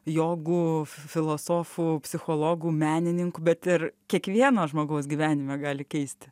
jogų filosofų psichologų menininkų bet ir kiekvieno žmogaus gyvenime gali keisti